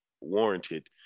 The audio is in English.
warranted